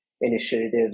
initiatives